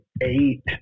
Eight